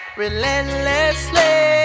relentlessly